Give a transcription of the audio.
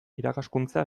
irakaskuntza